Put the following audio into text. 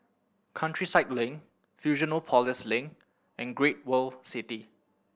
Countryside Link Fusionopolis Link and Great World City